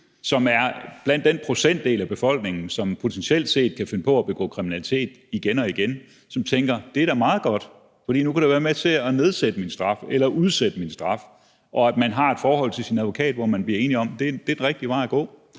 som er blandt den procentdel af befolkningen, som potentielt set kunne finde på at begå kriminalitet igen og igen, der tænker: Det er da meget godt, for nu kan det være med til at nedsætte min straf eller udsætte min straf. Og det kan være, at man har sådan et forhold til sin advokat, at man bliver enige om, at det er den rigtige vej at gå.